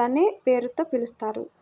లనే పేరుతో పిలుస్తారు